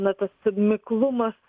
na tas miklumas